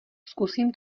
zkusím